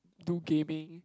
do gaming